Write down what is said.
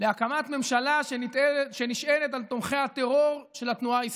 להקמת ממשלה שנשענת על תומכי הטרור של התנועה האסלאמית,